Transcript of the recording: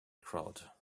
crowd